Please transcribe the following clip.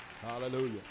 hallelujah